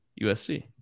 USC